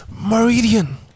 Meridian